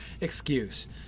excuse